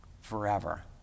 forever